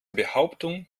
behauptung